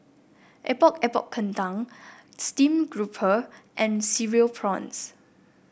Epok Epok Kentang stream grouper and Cereal Prawns